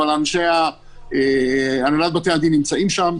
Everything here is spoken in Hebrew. אבל אנשי הנהלת בתי הדין נמצאים שם,